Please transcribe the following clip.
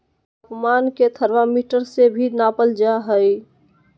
तापमान के थर्मामीटर से भी नापल जा हइ